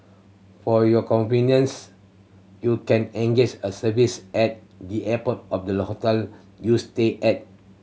for your convenience you can engage a service at the airport or the hotel you stay at